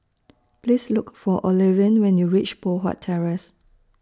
Please Look For Olivine when YOU REACH Poh Huat Terrace